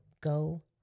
Go